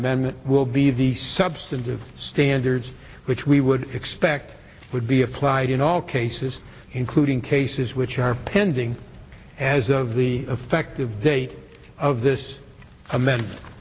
men will be the substance standards which we would expect would be applied in all cases including cases which are pending as of the effective date of this amend